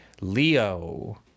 Leo